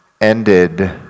ended